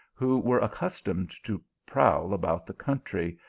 who were accustomed to prowl about the country,